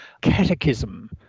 catechism